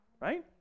right